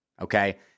okay